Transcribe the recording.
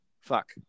fuck